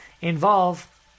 involve